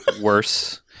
worse